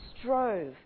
strove